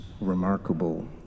remarkable